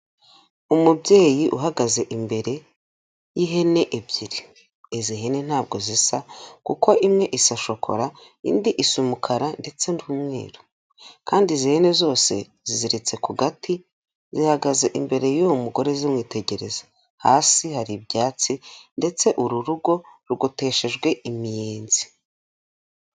Umubyeyi uhagaze imbere y'ihene ebyiri, izi hene ntabwo zisa, kuko imwe isa shokora, indi isa umukara ndetse n'umweru, kandi izi hene zose ziziritse ku gati, zihagaze imbere y'uwo mugore zimwitegereza, hasi hari ibyatsi, ndetse uru rugo rugoteshejwe imiyenzi.